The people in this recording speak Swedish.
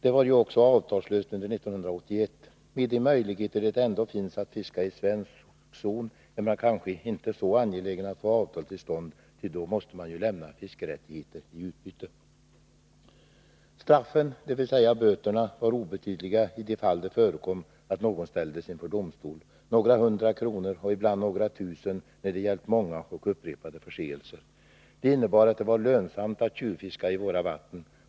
Det fanns inte heller några avtal under 1981. Med de möjligheter det ändå finns att fiska i svensk zon är man kanske inte så angelägen att få avtal till stånd, ty då måste man ju lämna fiskerättigheter i utbyte. Straffen, dvs. böterna, var obetydliga i de fall det förekom att någon ställdes inför domstol — några hundra kronor och ibland några tusen när det gällde många och upprepade förseelser. Det innebar att det var lönsamt att tjuvfiska i våra vatten.